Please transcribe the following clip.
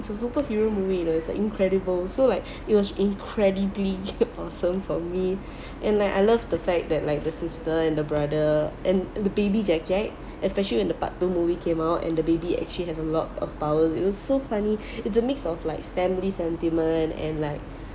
it's a superhero movie you know it's like incredible so like it was incredibly awesome for me and like I love the fact that like the sister and the brother and the baby jack jack especially when the part two movie came out and the baby actually has a lot of power it was so funny it's a mix of like families sentiment and like